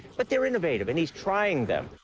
but they're innovative and he's trying them.